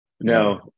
No